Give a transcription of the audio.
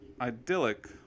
idyllic